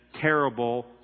terrible